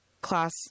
class